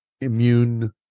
immune